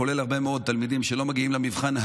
כולל הרבה מאוד תלמידים שלא מגיעים ללימודים,